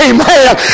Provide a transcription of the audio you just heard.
Amen